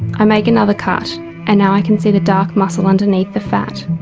i make another cut and now i can see the dark muscle underneath the fat.